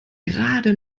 gerade